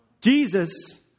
Jesus